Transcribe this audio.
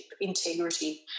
integrity